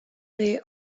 they